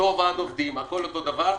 אותו ועד עובדים, הכול אותו דבר,